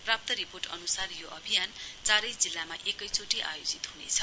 प्राप्त रिपोर्ट अनुसार यो अभियान चारै जिल्लामा एकै चोटि आयोजित हुनेछ